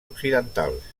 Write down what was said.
occidentals